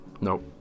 Nope